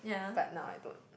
but now I don't